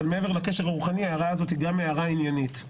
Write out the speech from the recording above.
ומעבר אליו זו גם הערה עניינית.